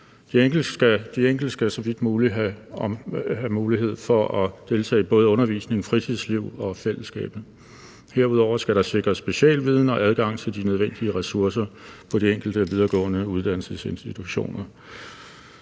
De enkelte skal så vidt muligt have mulighed for at deltage både i undervisningen, fritidsliv og fællesskabet. Herudover skal der sikres specialviden og adgang til de nødvendige ressourcer på de enkelte videregående uddannelsesinstitutioner.